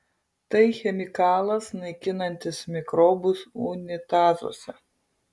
tai chemikalas naikinantis mikrobus unitazuose